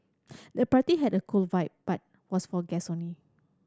the party had a cool vibe but was for guest only